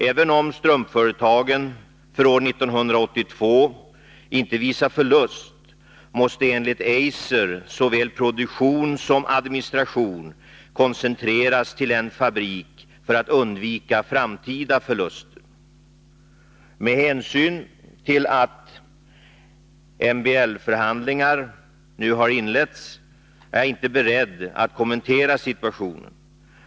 Även om strumpföretagen för år 1982 inte visar förlust måste enligt Eiser såväl produktion som administration koncentreras till en fabrik för att undvika framtida förluster. Med hänsyn till att MBL-förhandlingar nu har inletts är jag inte beredd att kommentera situationen.